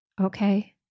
Okay